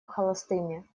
холостыми